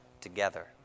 together